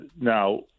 Now